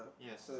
yes